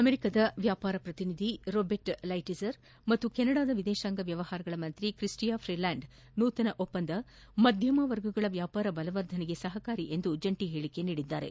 ಅಮೆರಿಕಾದ ವ್ಯಾಪಾರ ಪ್ರತಿನಿಧಿ ರೊಬೆಟ್ ಲೈಟಿಜರ್ ಮತ್ತು ಕೆನಡಾದ ವಿದೇಶಾಂಗ ವ್ಯವಹಾರಗಳ ಸಚಿವ ತ್ರಿಸ್ಲೀಯಾ ಫಿಲ್ಡಾಂಡ್ ನೂತನ ಒಪ್ಪಂದ ಮಧ್ಯಮ ವರ್ಗಗಳ ವ್ಯಾಪಾರ ಬಲವರ್ಧನೆಗೆ ಸಹಕಾರಿಯಾಗಲಿದೆ ಎಂದು ಜಂಟಿ ಹೇಳಿಕೆ ನೀಡಿದ್ದಾರೆ